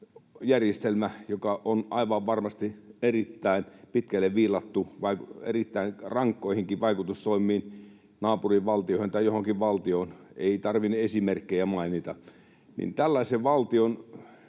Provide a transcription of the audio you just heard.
järjestelmä, joka on aivan varmasti erittäin pitkälle viilattu, erittäin rankkoihinkin vaikutustoimiin, naapurivaltioihin tai johonkin valtioon... Ei tarvine esimerkkejä mainita. Tällaisen valtion